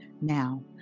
Now